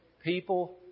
people